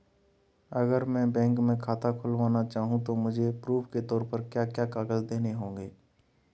अगर मैं बैंक में खाता खुलाना चाहूं तो मुझे प्रूफ़ के तौर पर क्या क्या कागज़ देने होंगे?